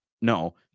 no